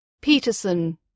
Peterson